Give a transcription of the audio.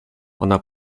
ona